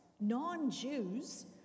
non-Jews